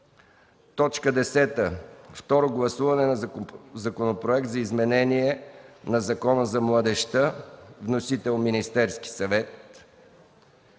10. Второ гласуване на Законопроект за изменение на Закона за младежта. Вносител – Министерският съвет.